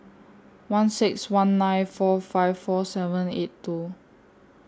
one six one nine four five four seven eight two